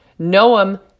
Noam